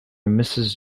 mrs